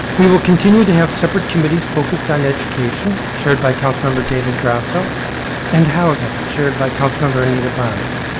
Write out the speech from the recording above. we will continue to have separate committees focused on education, chaired by councilmember david grosso and housing, chaired by councilmember anita bonds,